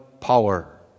power